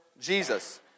Jesus